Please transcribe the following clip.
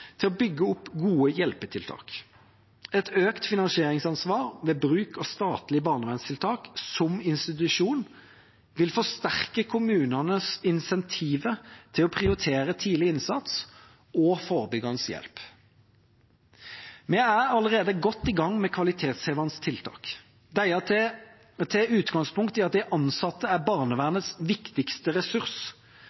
til å bygge opp gode hjelpetiltak. Et økt finansieringsansvar ved bruk av statlige barnevernstiltak, som institusjon, vil forsterke kommunenes insentiver til å prioritere tidlig innsats og forebyggende hjelp. Vi er allerede godt i gang med kvalitetshevende tiltak. Disse tar utgangspunkt i at de ansatte er